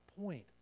point